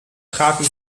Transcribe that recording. traten